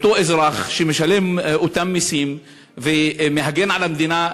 אזרח שמשלם אותם מסים ומגן על המדינה,